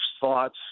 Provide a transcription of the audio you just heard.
thoughts